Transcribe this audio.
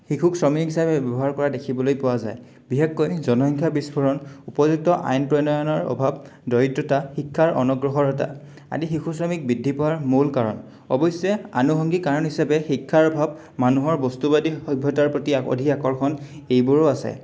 শিশুক শ্ৰমিক হিচাপে ব্যৱহাৰ কৰা দেখিবলৈ পোৱা যায় বিশেষকৈ জনসংখ্যা বিস্ফোৰণ উপযুক্ত আইন প্ৰণয়নৰ অভাৱ দৰিদ্ৰতা শিক্ষাৰ অনুগ্ৰহৰতা আদি শিশু শ্ৰমিক বৃদ্ধি পোৱাৰ মূল কাৰণ অৱশ্যে আনুসংগিক কাৰণ হিচাপে শিক্ষাৰ অভাৱ মানুহৰ বস্তুবাদী সভ্যতাৰ প্ৰতি অধিক আকৰ্ষণ এইবোৰো আছে